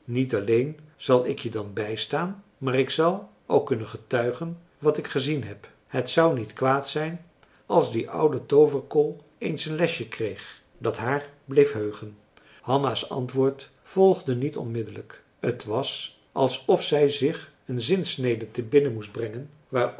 niet alleen zal ik je dan bijstaan maar ik zal ook kunnen getuigen wat ik gezien heb het zou niet kwaad zijn als die oude tooverkol eens een lesje kreeg dat haar bleef heugen hanna's antwoord volgde niet onmiddelijk t was alsof zij zich een zinsnede te binnen moest brengen